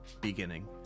beginning